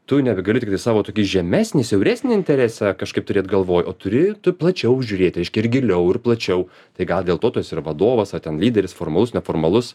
tu nebegali tiktai savo tokį žemesnį siauresnį interesą kažkaip turėt galvoj o turi tu plačiau žiūrėti reiškia ir giliau ir plačiau tai gal dėl to tas ir vadovas ar ten lyderis formalus neformalus